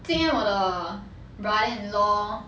今天 or the bri~ lor